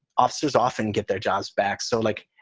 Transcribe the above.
officers often get their jobs back. so, like.